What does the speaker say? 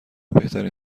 بهترین